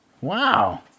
Wow